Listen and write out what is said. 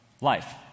life